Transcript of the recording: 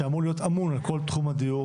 שאמור להיות אמון על כל תחום הדיור,